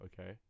okay